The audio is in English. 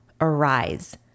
arise